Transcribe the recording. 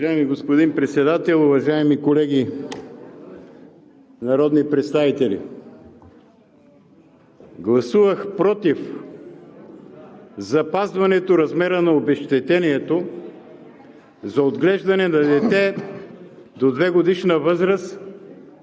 Уважаеми господин Председател, уважаеми колеги народни представители! Гласувах против запазването размера на обезщетението за отглеждане на дете до двегодишна възраст,